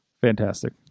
Fantastic